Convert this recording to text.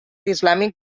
islàmic